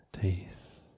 teeth